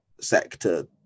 sector